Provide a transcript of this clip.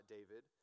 David